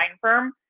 firm